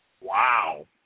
Wow